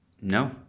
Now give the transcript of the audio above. No